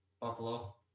Buffalo